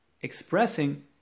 expressing